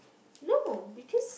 no because